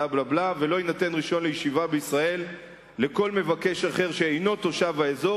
ולא יינתן רשיון לישיבה בישראל לכל מבקש אחר שאינו תושב האזור,